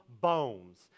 bones